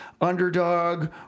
Underdog